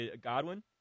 Godwin